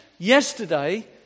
Yesterday